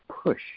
push